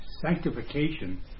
sanctification